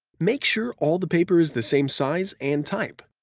make sure all the paper is the same size and type,